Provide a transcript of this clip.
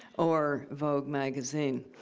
or vogue magazine,